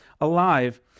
alive